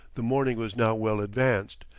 the morning was now well-advanced.